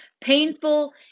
painful